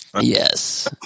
Yes